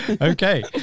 Okay